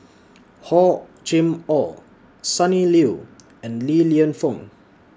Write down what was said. Hor Chim Or Sonny Liew and Li Lienfung